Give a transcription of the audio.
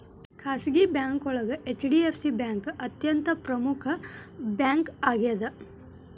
ಖಾಸಗಿ ಬ್ಯಾಂಕೋಳಗ HDFC bank ಅತ್ಯಂತ ಪ್ರಮುಖ್ ಬ್ಯಾಂಕಾಗ್ಯದ